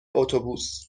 اتوبوس